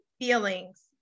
Feelings